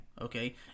okay